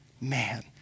Man